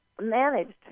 managed